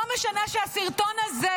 לא משנה שהסרטון הזה,